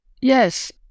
Yes